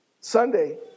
Sunday